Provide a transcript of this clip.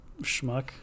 Schmuck